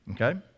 Okay